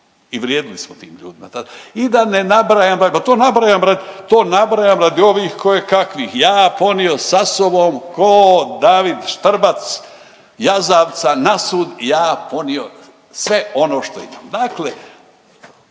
I vrijedili smo tim ljudima tad. I da ne nabrajam, pa to nabrajam radi ovih koje kakvih. Ja ponio sa sobom ko David Štrbac jazavca na sud ja ponio sve ono što imam. Dakle,